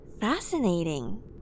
Fascinating